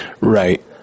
Right